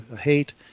hate